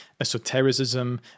esotericism